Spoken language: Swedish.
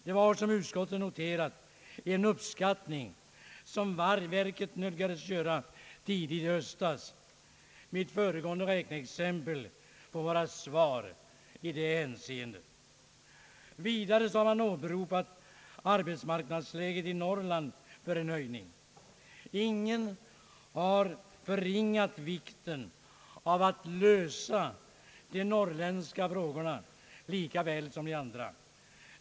Det var, som utskottet noterat, en uppskattning som arbetsmarknadsstyrelsen nödgades göra tidigt i höstas. Mitt föregående räkneexempel får utgöra svar i det hänseendet. Vidare har man som skäl för en höjning åberopat arbetsmarknadsläget i Norrland. Ingen har förringat vikten av att lösa de norrländska frågorna, likaväl som de andra.